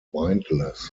mindless